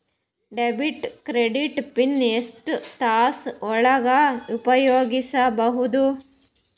Debit card PIN ಎಷ್ಟ ತಾಸ ಒಳಗ ಉಪಯೋಗ ಮಾಡ್ಬಹುದು?